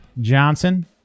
Johnson